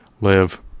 live